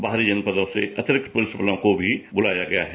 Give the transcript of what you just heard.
बाहरी जनपदों से अतिरिक्त पुलिस बलों को बुलाया गया है